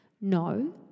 No